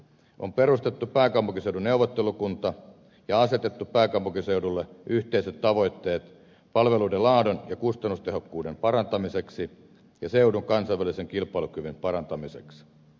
on perustettu pääkaupunkiseudun neuvottelukunta ja asetettu pääkaupunkiseudulle yhteiset tavoitteet palveluiden laadun ja kustannustehokkuuden parantamiseksi ja seudun kansainvälisen kilpailukyvyn parantamiseksi